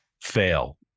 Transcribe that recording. fail